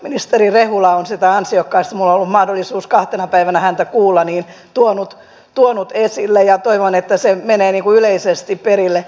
ministeri rehula on sitä ansiokkaasti minulla on ollut mahdollisuus kahtena päivänä häntä kuulla tuonut esille ja toivon että se menee yleisesti perille